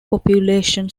population